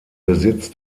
besitz